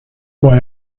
why